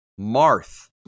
Marth